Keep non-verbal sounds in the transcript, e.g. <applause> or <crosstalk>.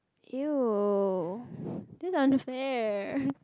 !eww! <breath> that's unfair